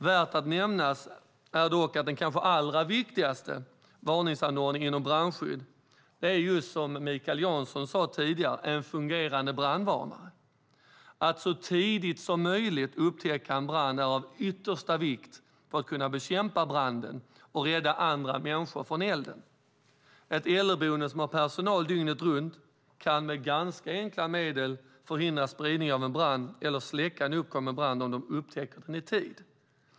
Värt att nämna är dock att den kanske allra viktigaste varningsanordningen inom brandskydd är, som Mikael Jansson sade, en fungerande brandvarnare. Att så tidigt som möjligt upptäcka en brand är av yttersta vikt för att kunna bekämpa branden och rädda andra människor från elden. Ett äldreboende som har personal dygnet runt kan med ganska enkla medel förhindra spridningen av en brand eller släcka en uppkommen brand om de upptäcker den i tid.